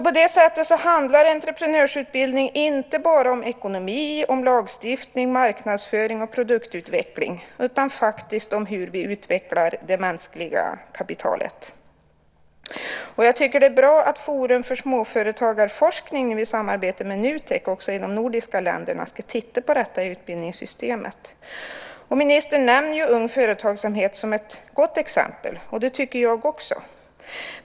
På det sättet handlar entreprenörsutbildning inte bara om ekonomi, lagstiftning, marknadsföring och produktutveckling utan också om hur vi utvecklar det mänskliga kapitalet. Jag tycker att det är bra att Forum för småföretagarforskning i samarbete med Nutek, också i de nordiska länderna, ska titta på detta utbildningssystem. Ministern nämner Ung Företagsamhet som ett gott exempel. Det tycker jag också att det är.